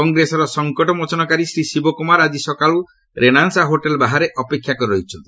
କଂଗ୍ରେସର ସଙ୍କଟମୋଚନକାରୀ ଶ୍ରୀ ଶିବକୁମାର ଆଜି ସକାଳୁ ରେନାସାଁ ହୋଟେଲ୍ ବାହାରେ ଅପେକ୍ଷା କରି ରହିଛନ୍ତି